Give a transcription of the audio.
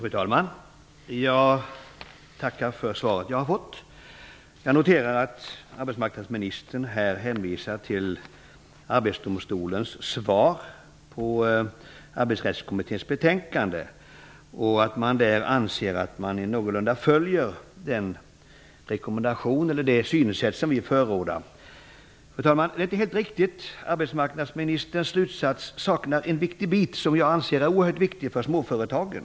Fru talman! Jag tackar för svaret. Jag noterar att arbetsmarknadsministern hänvisar till Arbetsdomstolen anser att man någorlunda följer den rekommendation eller det synsätt som vi har förordat. Detta är inte helt riktigt. Arbetsmarknadsministerns slutsats saknar en viktig bit, som jag anser vara oerhört viktig för småföretagen.